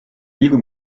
pilgu